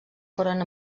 foren